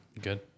Good